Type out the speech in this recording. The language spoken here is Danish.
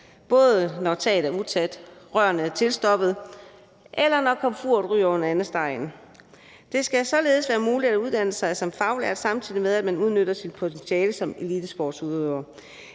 både når taget er utæt, når rørene er tilstoppede, eller når komfuret ryger under andestegen? Det skal således være muligt at uddanne sig som faglært, samtidig med at man udnytter sit potentiale som elitesportsudøver.